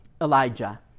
Elijah